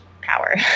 power